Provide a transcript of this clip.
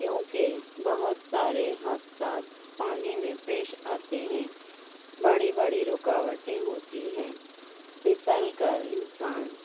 کیونکہ بہت سارے حادثات پانی میں پیش آتے ہیں بڑی بڑی رکاوٹیں ہوتی ہیں پھسل کر انسان